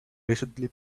recently